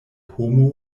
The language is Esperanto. homo